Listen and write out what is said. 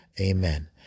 Amen